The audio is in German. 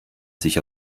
sich